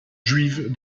juive